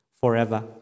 forever